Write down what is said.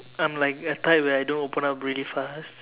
I'm like a type where I don't open up really fast